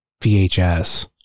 VHS